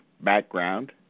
background